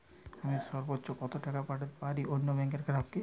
আমি সর্বোচ্চ কতো টাকা পাঠাতে পারি অন্য ব্যাংক র গ্রাহক কে?